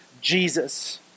Jesus